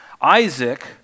Isaac